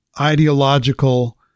ideological